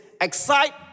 Excite